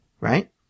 right